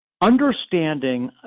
understanding